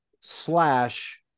slash